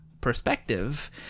perspective